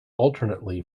alternately